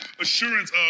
assurance